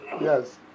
Yes